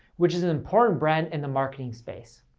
which is an important brand in the marketing space.